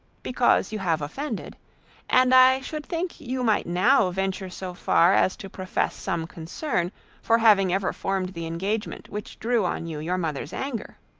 because you have offended and i should think you might now venture so far as to profess some concern for having ever formed the engagement which drew on you your mother's anger.